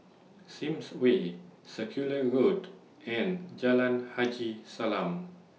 Sims Way Circular Road and Jalan Haji Salam